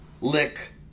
lick